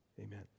amen